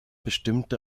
bestimmte